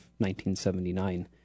1979